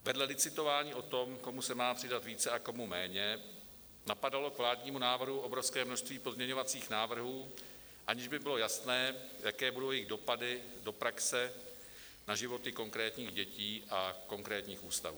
Vedle licitování o tom, komu se má přidat více a komu méně, napadalo k vládnímu návrhu obrovské množství pozměňovacích návrhů, aniž by bylo jasné, jaké budou jejich dopady do praxe, na životy konkrétních dětí a konkrétních ústavů.